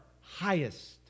highest